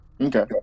Okay